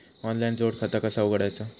Online जोड खाता कसा उघडायचा?